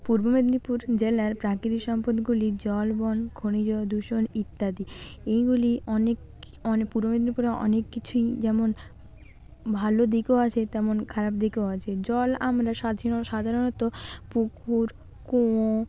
পূর্ব মেদিনীপুর জেলার প্রাকৃতিক সম্পদগুলি জল বন খনিজ দূষণ ইত্যাদি এইগুলি অনেক পূর্ব মেদিনীপুরে অনেক কিছুই যেমন ভালো দিকও আছে তেমন খারাপ দিকও আছে জল আমরা সাধারণত পুকুর কুয়ো